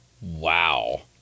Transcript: Wow